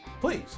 Please